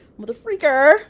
motherfreaker